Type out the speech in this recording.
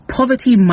poverty